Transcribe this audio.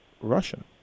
Russian